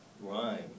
rhyme